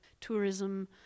tourism